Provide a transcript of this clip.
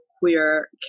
queer